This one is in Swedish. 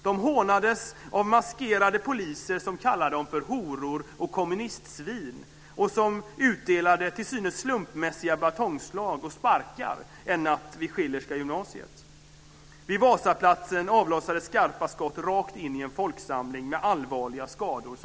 De hånades av maskerade poliser som kallade dem för horor och kommunistsvin och som utdelade till synes slumpmässiga batongslag och sparkar en natt vid Fru talman!